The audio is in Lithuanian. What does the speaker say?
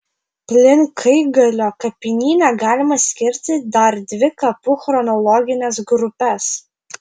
plinkaigalio kapinyne galima skirti dar dvi kapų chronologines grupes